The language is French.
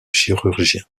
chirurgien